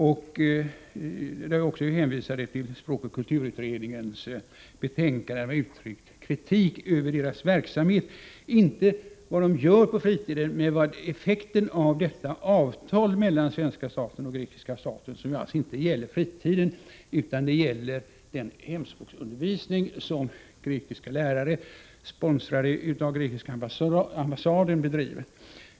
Jag har också hänvisat till språkoch kulturarvsutredningens betänkande, där man uttrycker kritik över reselärarnas verksamhet — inte vad de gör på fritiden utan effekten av detta avtal mellan den svenska och den grekiska staten, som alltså inte gäller fritiden utan den hemspråksundervisning som grekiska lärare, sponsrade av grekiska ambassaden, bedriver.